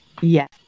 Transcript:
Yes